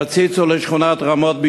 תציצו לשכונת רמות בירושלים,